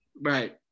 right